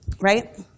right